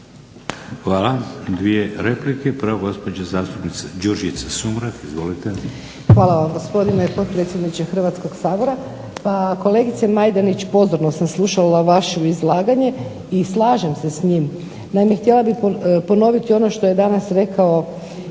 Hvala. Dvije replike. Prva, gospođa zastupnica Đurđica Sumrak. Izvolite. **Sumrak, Đurđica (HDZ)** Hvala vam gospodine potpredsjedniče Hrvatskog sabora. Pa kolegice Majdenić pozorno sam slušala vaše izlaganje i slažem se s njim. Naime, htjela bih ponoviti ono što je danas rekao